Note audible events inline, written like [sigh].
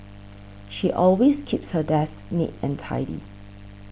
[noise] she always keeps her desk neat and tidy